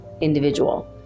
individual